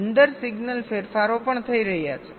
અંદર સિગ્નલ ફેરફારો પણ થઈ રહ્યા છે